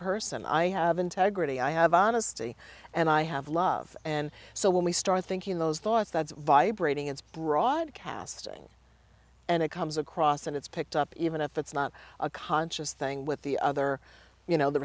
person i have integrity i have honesty and i have love and so when we start thinking those thoughts that's vibrating it's broadcasting and it comes across and it's picked up even if it's not a conscious thing with the other you know the